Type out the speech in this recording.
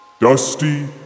Dusty